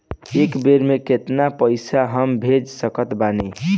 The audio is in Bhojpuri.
एक बेर मे केतना पैसा हम भेज सकत बानी?